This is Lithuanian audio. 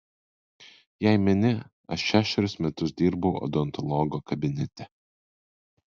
jei meni aš šešerius metus dirbau odontologo kabinete